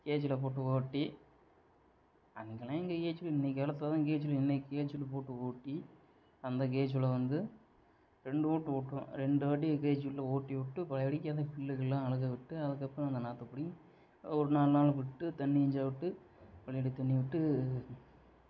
கேஜில் போட்டு ஓட்டி அங்கெல்லாம் எங்கே கேஜ்வீல் இன்றைக்கி கலப்பை தான் கேஜ்வீல் இன்றைக்கி கேஜ்வீல் போட்டு ஓட்டி அந்த கேஜ் உழவு வந்து ரெண்டு ஓட்டு ஓட்டுவோம் ரெண்டு வாட்டி கேஜ்வீல்ல ஓட்டிவுட்டு பழையபடிக்கு அது புல்லு கில்லுலாம் அழுகவிட்டு அதுக்கப்புறம் அந்த நாற்றை பிடிங்கி ஒரு நாலு நாள் விட்டு தண்ணியை கொஞ்சம் விட்டு பழையபடி தண்ணிவிட்டு